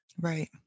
Right